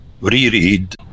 reread